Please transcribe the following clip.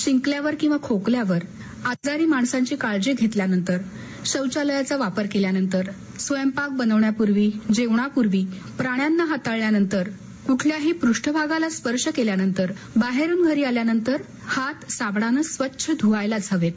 शिंकल्यावर किंवा खोकल्यावर आजारी माणसांची काळजी घेतल्यानंतर शौचालयाचा वापर केल्यानंतर स्वयंपाक बनवण्यापूर्वी जेवणापूर्वी प्राण्याना हाताळल्यानंतर कुठल्याही पृष्ठभागाला स्पर्श केल्यानंतर बाहेरून घरी आल्यानंतर हात साबणाने स्वच्छ धुवायलाच हवेत